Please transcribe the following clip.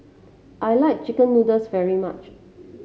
I like chicken noodles very much